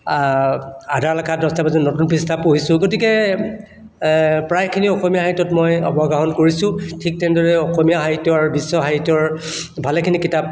আধা লেখা দস্তাবেজৰ নতুন পৃষ্ঠা পঢ়িছোঁ গতিকে প্ৰায়খিনি অসমীয়া সাহিত্যত মই অৱগাহন কৰিছোঁ ঠিক তেনেদৰে অসমীয়া সাহিত্যৰ আৰু বিশ্ব সাহিত্যৰ ভালেখিনি কিতাপ